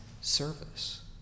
service